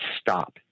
stop